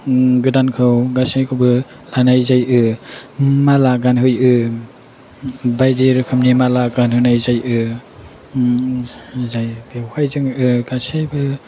गोदानखौ गासैखौबो लानाय जायो माला गानहोयो बायदि रोखोमनि माला गानहोनाय जायो जाय बेवहाय जोङो गासैबो